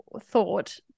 thought